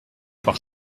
par